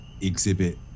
exhibit